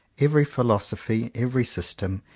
every phil osophy, every system,